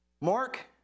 Mark